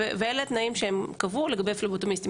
אלה התנאים שהם קבעו לגבי פלבוטומיסטים.